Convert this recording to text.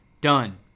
done